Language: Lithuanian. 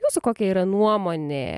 jūsų kokia yra nuomonė